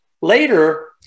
Later